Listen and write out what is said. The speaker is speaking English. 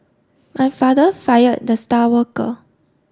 my father fired the star worker